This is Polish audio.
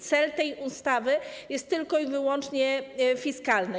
Cel tej ustawy jest tylko i wyłącznie fiskalny.